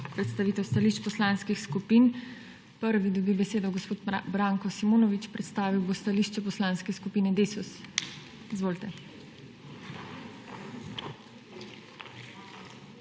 predstavitev stališč poslanskih skupin. Prvi dobi besedo gospod Branko Simonovič, predstavil bo stališče Poslanske skupine Desus. Izvolite.